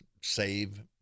save